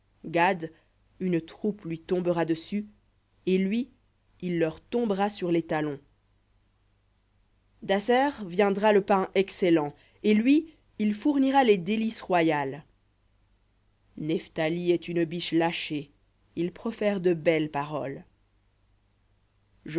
gad une troupe lui tombera dessus et lui il leur tombera sur les talons v daser le pain excellent et lui il fournira les délices royales nephthali est une biche lâchée il profère de belles paroles